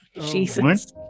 Jesus